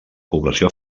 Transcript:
població